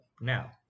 Now